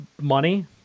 money